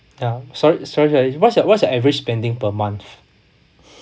ya sorry sorry sorry what's your what's your average spending per month